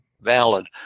valid